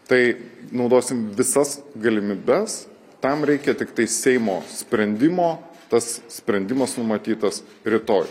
tai naudosim visas galimybes tam reikia tiktai seimo sprendimo tas sprendimas numatytas rytoj